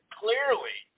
clearly